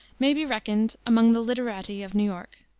may be reckoned among the literati of new york.